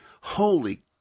holy